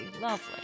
lovely